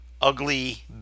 ugly